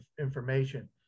information